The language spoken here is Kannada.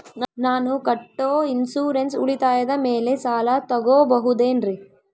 ನಾನು ಕಟ್ಟೊ ಇನ್ಸೂರೆನ್ಸ್ ಉಳಿತಾಯದ ಮೇಲೆ ಸಾಲ ತಗೋಬಹುದೇನ್ರಿ?